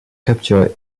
capturés